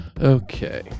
okay